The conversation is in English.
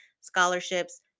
scholarships